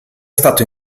stato